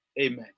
Amen